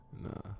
no